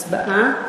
הצבעה,